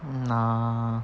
mm nah